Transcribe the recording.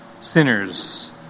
sinners